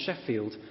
Sheffield